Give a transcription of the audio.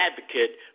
advocate